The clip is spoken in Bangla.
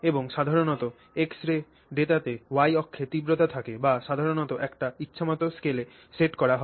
এবং সাধারণত এক্স রে ডেটাতে y অক্ষে তীব্রতা থাকে যা সাধারণত একটি ইচ্ছামত স্কেলে সেট করা হয়